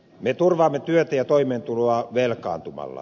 me turvaamme työtä ja toimeentuloa velkaantumalla